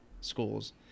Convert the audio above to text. schools